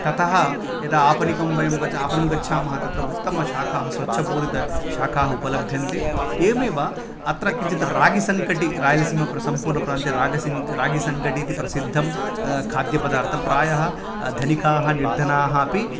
ततः यदा आपणिकं वयम् गच् आपणम् गच्छामः तत्र उत्तमशाखाः स्वच्छपूरितशाखाः उपलभ्यन्ते एवमेव अत्र किञ्चित् रागि संकटि रायल्सीम प्रसं सम्पूर्णप्रान्ते रागसिं रागिसंकटि इति प्रसिद्धं खाद्यपदार्थं प्रायः धनिकाः निर्धनाः अपि